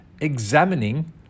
examining